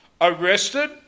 arrested